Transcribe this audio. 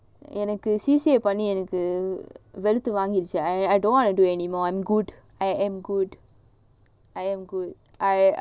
எனக்கு:enakku C_C_A பண்ணிஎனக்குவெளுத்துவாங்கிடுச்சு:panni enakku veluthu vangiduchu I I don't want to do anymore I'm good I am good I am good I I really